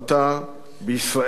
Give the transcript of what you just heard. בישראל הגאה,